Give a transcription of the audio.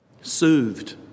Soothed